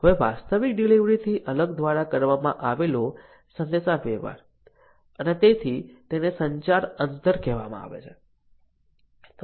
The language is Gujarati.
હવે વાસ્તવિક ડિલિવરીથી અલગ દ્વારા કરવામાં આવેલો સંદેશાવ્યવહાર અને તેથી તેને સંચાર અંતર કહેવામાં આવે છે